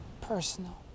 personal